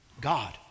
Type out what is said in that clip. God